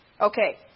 Okay